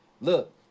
Look